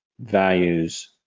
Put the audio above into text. values